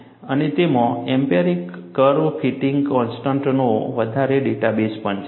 અને તેમાં empirical curve fitting કોન્સ્ટન્ટ્સનો વધારે ડેટાબેઝ પણ છે